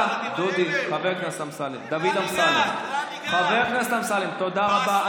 תודה, חבר הכנסת אמסלם, תודה רבה.